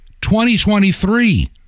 2023